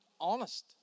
honest